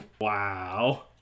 Wow